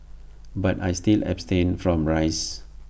but I still abstain from rice